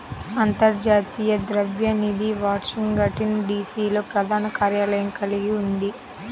అంతర్జాతీయ ద్రవ్య నిధి వాషింగ్టన్, డి.సి.లో ప్రధాన కార్యాలయం కలిగి ఉంది